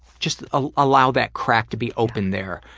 just ah allow that crack to be opened there.